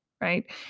right